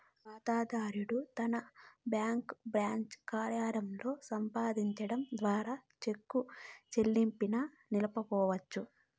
కాతాదారుడు తన bank branch కార్యాలయంలో సంప్రదించడం ద్వారా చెక్కు చెల్లింపుని నిలపొచ్చు